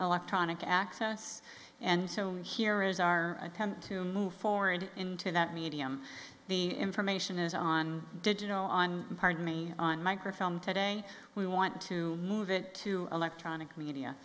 electronic access and so here is our attempt to move forward into that medium the information is on digital on pardon me on microfilm today we want to move it to electronic media